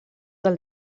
del